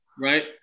Right